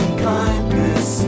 kindness